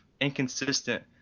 inconsistent